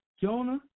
Jonah